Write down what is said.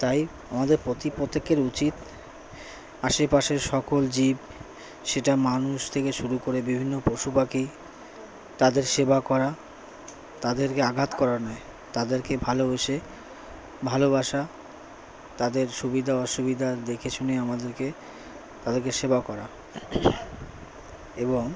তাই আমাদের প্রত্যেকের উচিত আশেপাশের সকল জীব সেটা মানুষ থেকে শুরু করে বিভিন্ন পশু পাখি তাদের সেবা করা তাদেরকে আঘাত করা নয় তাদেরকে ভালোবেসে ভালোবাসা তাদের সুবিধা অসুবিধা দেখে শুনে আমাদেরকে তাদেরকে সেবা করা এবং